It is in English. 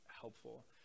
helpful